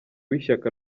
w’ishyaka